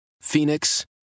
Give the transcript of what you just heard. Phoenix